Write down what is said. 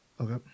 Okay